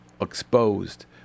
exposed